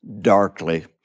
darkly